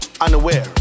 Unaware